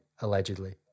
allegedly